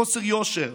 בחוסר יושר.